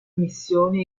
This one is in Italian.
missioni